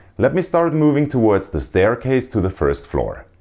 let me start moving towards the staircase to the first floor.